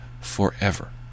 forever